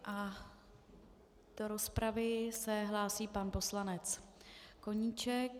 A do rozpravy se hlásí pan poslanec Koníček.